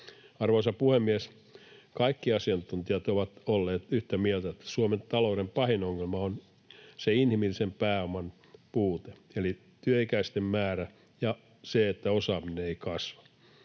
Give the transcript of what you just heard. Arvoisa puhemies! Kaikki asiantuntijat ovat olleet yhtä mieltä, että Suomen talouden pahin ongelma on inhimillisen pääoman puute eli työikäisten määrä ja se, että osaaminen ei kasva.